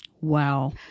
Wow